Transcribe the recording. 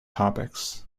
topics